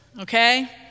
okay